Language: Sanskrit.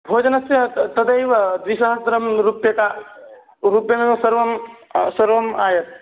भोजनस्य त तदैव द्विसहस्रं रूप्यकं रूप्यमेव सर्वं सर्वम् आयाति